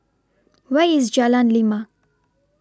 Where IS Jalan Lima